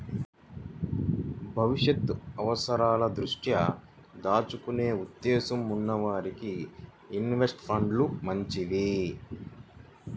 భవిష్యత్తు అవసరాల దృష్ట్యా దాచుకునే ఉద్దేశ్యం ఉన్న వారికి ఇన్వెస్ట్ ఫండ్లు మంచివి